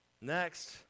Next